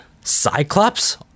Cyclops